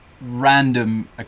random